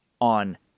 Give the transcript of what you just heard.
on